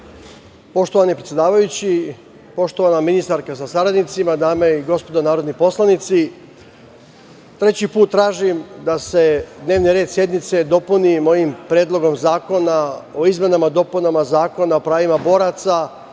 Poštovani predsedavajući, poštovana ministarka sa saradnicima, dame i gospodo narodni poslanici, treći put tražim da se dnevni red sednice dopuni mojim predlogom zakona o izmenama i dopunama Zakona o pravima boraca,